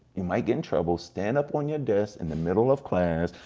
you might get in trouble, stand up on your desk in the middle of class,